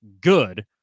good